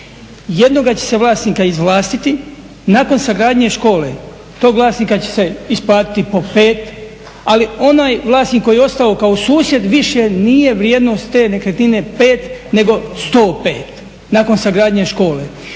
jednoga će se vlasnika izvlastiti. Nakon sagradnje škole tog vlasnika će se isplatiti po 5 ali onaj vlasnik koji je ostao kao susjed više nije vrijednost te nekretnine 5 nego 105 nakon sagradnje škole.